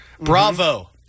Bravo